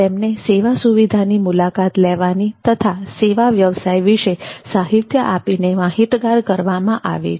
તેમને સેવા સુવિધાની મુલાકાત લેવાની તથા સેવા વ્યવસાય વિશે સાહિત્ય આપીને માહિતગાર કરવામાં આવે છે